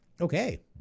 Okay